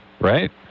Right